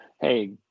Hey